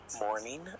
Morning